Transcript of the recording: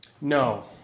No